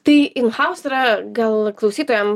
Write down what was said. tai in haus yra gal klausytojam